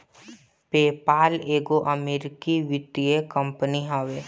PayPal एगो अमरीकी वित्तीय कंपनी हवे